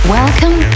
welcome